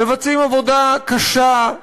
מבצעים עבודה קשה,